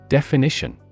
Definition